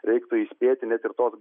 reiktų įspėti net ir tuos